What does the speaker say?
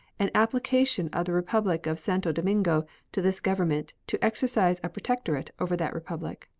an application of the republic of santo domingo to this government to exercise a protectorate over that republic.